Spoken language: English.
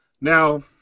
Now